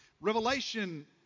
Revelation